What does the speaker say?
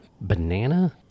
banana